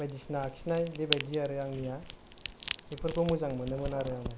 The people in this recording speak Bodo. बायदिसिना आखिनाय बेबायदि आरो आंनिया बेफोरखौ मोजां मोनोमोन आरो आङो